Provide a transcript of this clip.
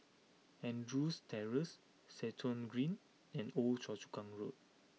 Andrews Terrace Stratton Green and Old Choa Chu Kang Road